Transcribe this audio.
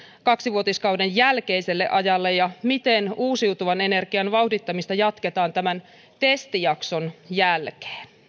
kaksivuotiskauden jälkeiselle ajalle ja miten uusiutuvan energian vauhdittamista jatketaan tämän testijakson jälkeen